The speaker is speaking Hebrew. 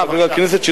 חבר הכנסת,